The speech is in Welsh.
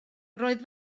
roedd